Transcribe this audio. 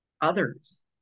others